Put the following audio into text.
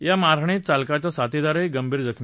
या मारहाणीत चालकाचा साथीदारही गंभीर जखमी झाला